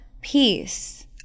peace